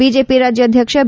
BJP ರಾಜ್ಯಾಧ್ಯಕ್ಷ B